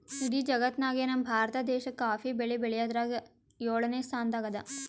ಇಡೀ ಜಗತ್ತ್ನಾಗೆ ನಮ್ ಭಾರತ ದೇಶ್ ಕಾಫಿ ಬೆಳಿ ಬೆಳ್ಯಾದ್ರಾಗ್ ಯೋಳನೆ ಸ್ತಾನದಾಗ್ ಅದಾ